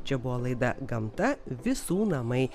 čia buvo laida gamta visų namai